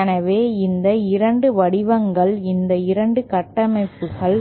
எனவே இந்த 2 வடிவங்கள் இந்த 2 கட்டமைப்புகள்